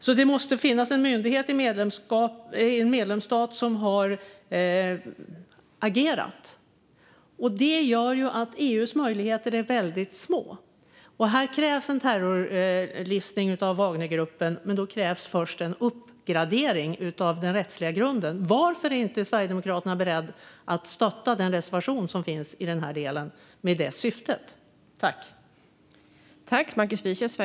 Det måste alltså finnas en myndighet i en medlemsstat som har agerat. Detta gör att EU:s möjligheter är väldigt små. Det krävs en terrorlistning av Wagnergruppen, men då krävs det först en uppgradering av den rättsliga grunden. Varför är inte Sverigedemokraterna beredda att stötta den reservation med detta syfte som finns i denna del?